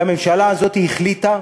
והממשלה הזאת החליטה,